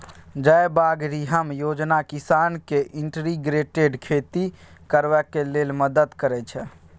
जयबागरिहम योजना किसान केँ इंटीग्रेटेड खेती करबाक लेल मदद करय छै